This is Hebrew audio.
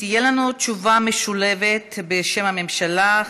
תהיה לנו תשובה משולבת בשם הממשלה.